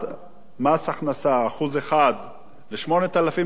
מס הכנסה, 1% ל-8,800,